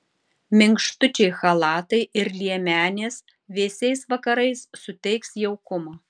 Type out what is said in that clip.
minkštučiai chalatai ir liemenės vėsiais vakarais suteiks jaukumo